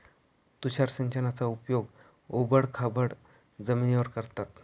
तुषार सिंचनाचा उपयोग ओबड खाबड जमिनीवर करतात